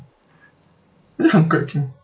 but then hundred K